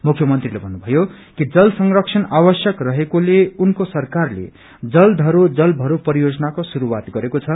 मुख्यमन्त्रीले भन्नुभयो कि जल संरक्षण आवश्यक रहेकोले उनको सरकारले जल घरो जल भरो परियोजनाको शुरूआत गरेको छ